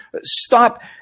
Stop